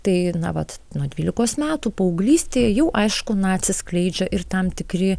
tai na vat nuo dvylikos metų paauglystėje jau aišku na atsiskleidžia ir tam tikri